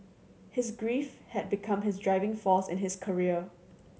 his grief had become his driving force in his career